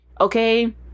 okay